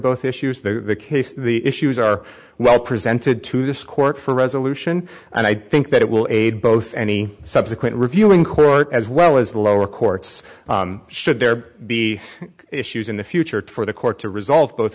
both issues the case the issues are well presented to this court for resolution and i think that it will aid both any subsequent reviewing court as well as the lower courts should there be issues in the future for the court to resolve both